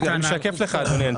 אני משקף לך, אדוני.